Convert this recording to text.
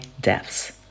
depths